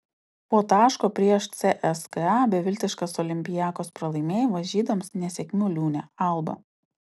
po taško prieš cska beviltiškas olympiakos pralaimėjimas žydams nesėkmių liūne alba